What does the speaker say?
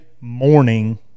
morning